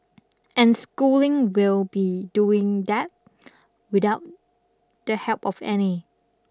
and Schooling will be doing that without the help of any